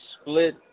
split